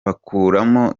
bakuramo